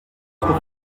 trop